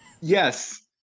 yes